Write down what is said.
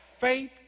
faith